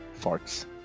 Farts